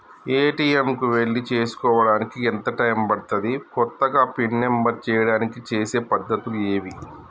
ATM కు వెళ్లి చేసుకోవడానికి ఎంత టైం పడుతది? కొత్తగా పిన్ నంబర్ చేయడానికి చేసే పద్ధతులు ఏవి?